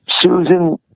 Susan